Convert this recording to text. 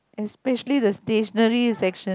especially the stationery section